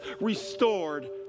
restored